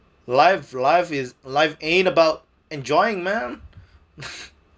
life life is life ain't about enjoying man